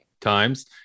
times